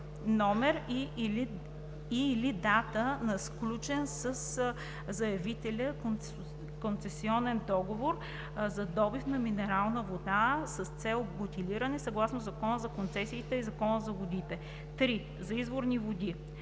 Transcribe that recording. номер и/или дата на сключен със заявителя концесионен договор за добив на минерална вода с цел бутилиране, съгласно Закона за концесиите и Закона за водите; 3. за изворни води: